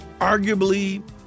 Arguably